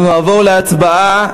אנחנו נעבור להצבעה.